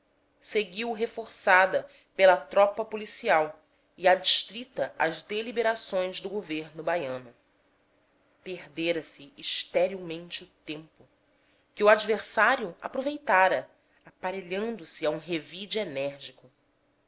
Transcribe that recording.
seguiu reforçada pela tropa policial e adstrita às deliberações do governo baiano perdera se esterilmente o tempo que o adversário aproveitara aparelhando se a um revide enérgico